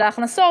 של ההכנסות,